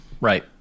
Right